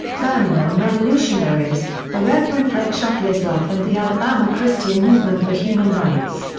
birmingham revolutionaries the reverend fred shuttlesworth and the alabama christian movement for human rights.